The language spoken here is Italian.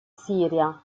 siria